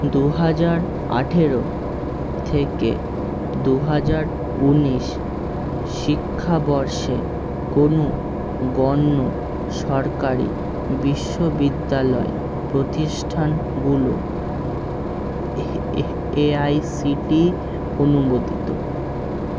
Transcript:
দুহাজার আঠেরো থেকে দুহাজার উনিশ শিক্ষাবর্ষে কোনো গণ্য সরকারি বিশ্ববিদ্যালয় প্রতিষ্ঠানগুলো এহ এহ এআইসিটিই অনুমোদিত